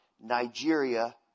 Nigeria